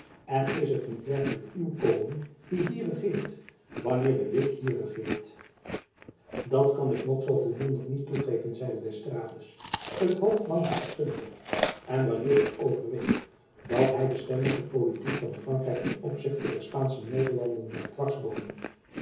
en is het niet werkelijk uw koning die hier regeert wanneer de witt hier regeert dat kan ik nog zoo volmondig niet toegeven zeide d'estrades het hoofd langzaam schuddende en wanneer ik overweeg dat hy bestendig de politiek van frankrijk ten opzichte der spaansche nederlanden blijft